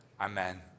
Amen